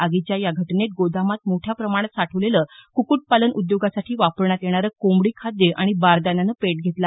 आगीच्या या घटनेत गोदामात मोठ्या प्रमाणात साठवलेलं कुकुट पालन उद्योगासाठी वापरण्यात येणारं कोंबडी खाद्य आणि बारदान्यानं पेट घेतला